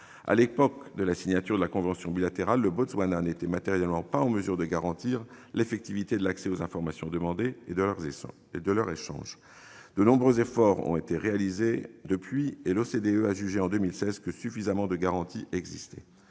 À l'époque de la signature de la convention bilatérale, le Botswana n'était matériellement pas en mesure de garantir l'effectivité de l'accès aux informations demandées et de leur échange. De nombreux efforts ont été réalisés depuis, et l'OCDE a jugé en 2016 qu'il existait suffisamment de garanties. De ce fait,